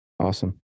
Awesome